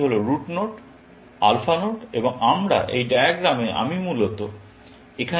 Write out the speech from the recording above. এটি হল root node alpha node এবং আমরা এই ডায়াগ্রামে আমি মূলত এখানে এটির পুনরাবৃত্তি করছি